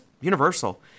Universal